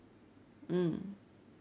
mm